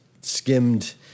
skimmed